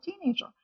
teenager